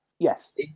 Yes